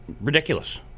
ridiculous